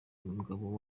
umugabo